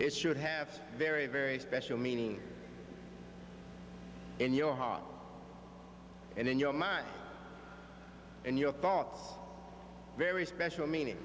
it should have very very special meaning in your heart and in your mind in your thoughts very special meaning